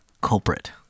culprit